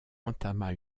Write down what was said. entama